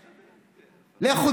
לכו,